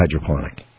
hydroponic